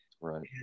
Right